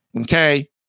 okay